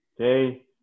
okay